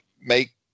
make